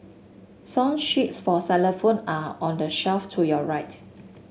song sheets for phone are on the shelf to your right